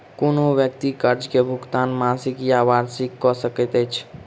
कोनो व्यक्ति कर्ज के भुगतान मासिक या वार्षिक कअ सकैत अछि